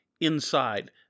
inside